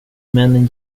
männen